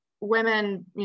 women